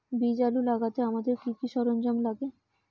বীজ আলু লাগাতে আমাদের কি কি সরঞ্জাম লাগে?